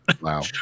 Wow